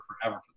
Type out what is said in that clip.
forever